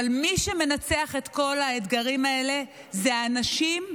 אבל מי שמנצח את כל האתגרים האלה הם האנשים,